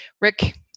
Rick